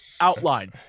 outline